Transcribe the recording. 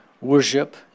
worship